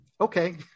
okay